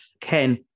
Ken